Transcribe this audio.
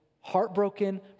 heartbroken